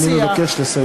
אני מבקש לסיים.